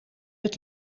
het